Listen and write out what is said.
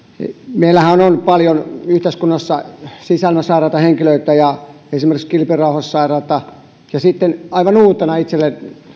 meillähän on on paljon yhteiskunnassa sisäilmasairaita henkilöitä on esimerkiksi kilpirauhassairautta ja sitten on itselleni aivan uutena